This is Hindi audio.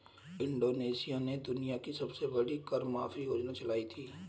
इंडोनेशिया ने दुनिया की सबसे बड़ी कर माफी योजना चलाई थी